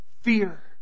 fear